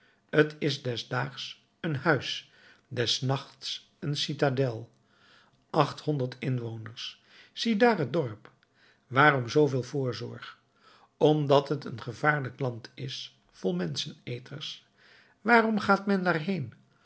t is des daags een huis des nachts een citadel achthonderd inwoners ziedaar het dorp waarom zoo veel voorzorg omdat het een gevaarlijk land is vol menscheneters waarom gaat men daarheen